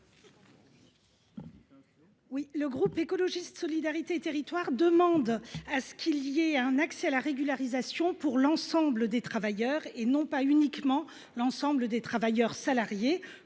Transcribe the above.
Le groupe Écologiste – Solidarité et Territoires demande un accès à la régularisation pour l’ensemble des travailleurs, et non pas uniquement l’ensemble des travailleurs salariés.